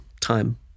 time